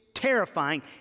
terrifying